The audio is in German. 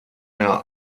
mehr